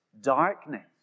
darkness